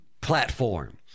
platform